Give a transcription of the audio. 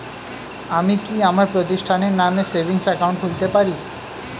আমি কি আমার প্রতিষ্ঠানের নামে সেভিংস একাউন্ট খুলতে পারি?